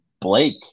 blake